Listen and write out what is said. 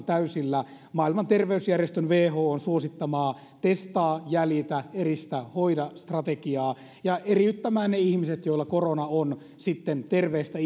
täysillä maailman terveysjärjestön whon suosittamaa testaa jäljitä eristä hoida strategiaa ja eriyttämään ne ihmiset joilla korona on sitten terveistä